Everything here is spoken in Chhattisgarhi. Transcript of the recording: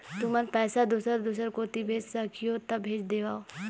तुमन पैसा दूसर दूसर कोती भेज सखीहो ता भेज देवव?